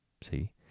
see